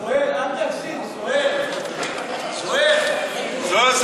זוהיר, אל תגזים.